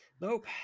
nope